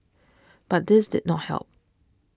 but this did not help